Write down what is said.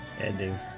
ending